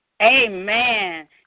Amen